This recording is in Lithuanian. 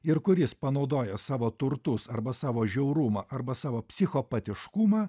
ir kuris panaudojęs savo turtus arba savo žiaurumą arba savo psichopatiškumą